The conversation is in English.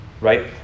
right